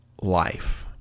life